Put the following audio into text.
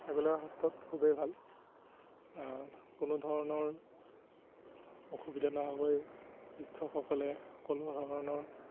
এইবিলাকৰ ক্ষেত্ৰত খুবেই ভাল কোনোধৰণৰ অসুবিধা নোহোৱাকৈ শিক্ষকসকলে কোনোধৰণৰ